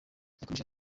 yakomeje